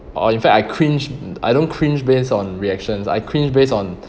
or in fact I cringe I don't cringe based on reactions I cringe based on